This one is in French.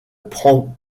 prend